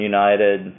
United